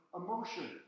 emotion